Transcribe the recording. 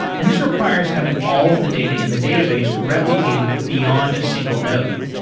and this requires having all of the data in the database replicated beyond a single node.